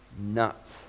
nuts